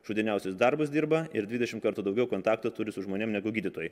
šūdiniausius darbus dirba ir dvidešim kartų daugiau kontaktų turi su žmonėm negu gydytojai